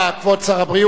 כבוד שר הבריאות